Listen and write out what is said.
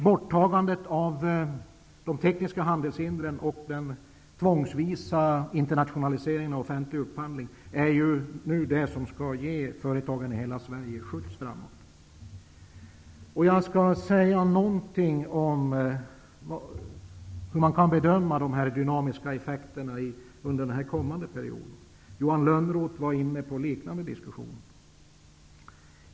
Borttagandet av de tekniska handelshindren och tvångsinternationaliseringen av offentlig upphandling sägs nu skall ge företagen i hela Sverige en skjuts framåt. Jag skall säga något om bedömningen av de dynamiska effekterna under den kommande perioden. Johan Lönnroth var inne på en motsvarande diskussion.